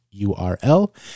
URL